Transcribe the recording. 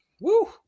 woo